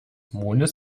mondes